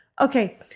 Okay